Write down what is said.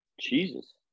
Jesus